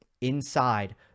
inside